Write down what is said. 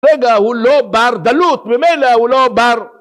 רגע הוא לא בר, דלות ממילא הוא לא בר